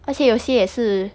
而且有些也是